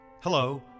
Hello